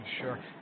Sure